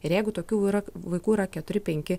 ir jeigu tokių yra vaikų yra keturi penki